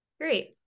Great